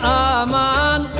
aman